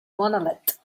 monolith